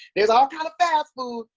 there's all kind of fast food,